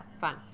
fun